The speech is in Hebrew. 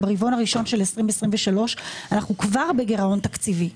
ברבעון הראשון של 2023. אנחנו כבר בגירעון תקציבי.